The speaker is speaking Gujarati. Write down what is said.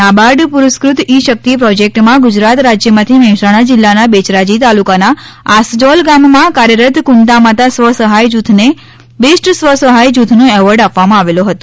નાબાર્ડ પુરસ્કૃત ઇ શક્તિ પ્રોજેક્ટમાં ગુજરાત રાજ્યમાંથી મહેસાણા જીલ્લાના બેચરાજી તાલુકાના આસજોલ ગામમાં કાર્યરત કુંતામાતા સ્વસહાય જૂથને બેસ્ટ સ્વસહાય જૂથનો એવોર્ડ આપવામાં આવેલો હતો